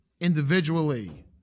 individually